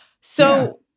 So-